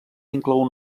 inclou